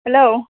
hello